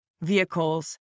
vehicles